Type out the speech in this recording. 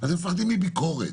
אז הם מפחדים מביקורת,